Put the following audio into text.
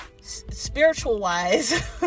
spiritual-wise